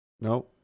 No